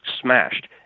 smashed